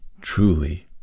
truly